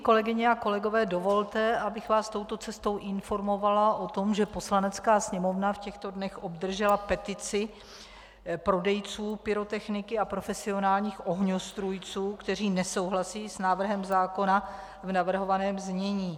Kolegyně a kolegové, dovolte, abych vás touto cestou informovala o tom, že Poslanecká sněmovna v těchto dnech obdržela petici prodejců pyrotechniky a profesionálních ohňostrůjců, kteří nesouhlasí s návrhem zákona v navrhovaném znění.